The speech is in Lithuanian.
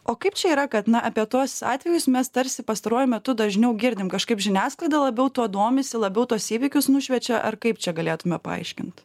o kaip čia yra kad na apie tuos atvejus mes tarsi pastaruoju metu dažniau girdim kažkaip žiniasklaida labiau tuo domisi labiau tuos įvykius nušviečia ar kaip čia galėtume paaiškint